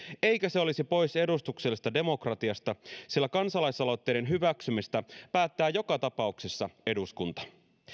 eikä se olisi pois edustuksellisesta demokratiasta sillä kansalaisaloitteiden hyväksymisestä päättää joka tapauksessa eduskunta